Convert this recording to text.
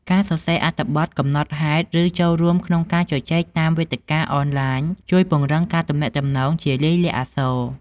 ការសរសេរអត្ថបទ កំណត់ហេតុ ឬចូលរួមក្នុងការជជែកតាមវេទិកាអនឡាញ ជួយពង្រឹងការទំនាក់ទំនងជាលាយលក្ខណ៍អក្សរ។